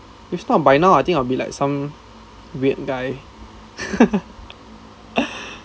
if not by now I think I'd be like some weird guy